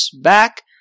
back